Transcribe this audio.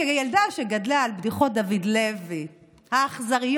כילדה שגדלה על בדיחות דוד לוי האכזריות,